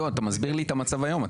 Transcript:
אתה מסביר לי את המצב היום.